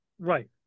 Right